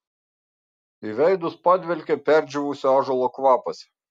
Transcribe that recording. į veidus padvelkė perdžiūvusio ąžuolo kvapas